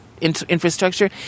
infrastructure